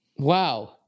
Wow